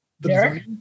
Derek